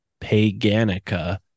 paganica